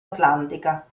atlantica